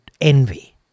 envy